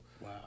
Wow